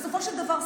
בסופו של דבר,